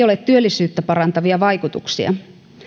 ole työllisyyttä parantavia vaikutuksia